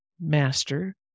master